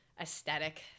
aesthetic